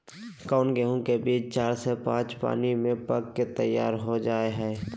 कौन गेंहू के बीज चार से पाँच पानी में पक कर तैयार हो जा हाय?